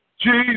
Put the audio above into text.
Jesus